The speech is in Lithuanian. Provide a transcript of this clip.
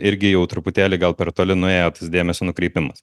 irgi jau truputėlį gal per toli nuėjo tas dėmesio nukreipimas